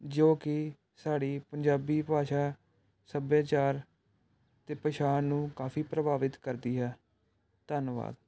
ਜੋ ਕਿ ਸਾਡੀ ਪੰਜਾਬੀ ਭਾਸ਼ਾ ਸੱਭਿਆਚਾਰ ਅਤੇ ਪਹਿਚਾਣ ਨੂੰ ਕਾਫ਼ੀ ਪ੍ਰਭਾਵਿਤ ਕਰਦੀ ਹੈ ਧੰਨਵਾਦ